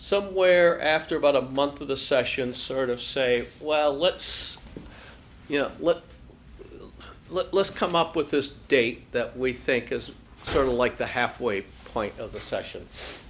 somewhere after about a month of the session sort of say well let's you know let's come up with this date that we think is sort of like the halfway point of the session